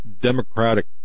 Democratic